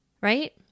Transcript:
Right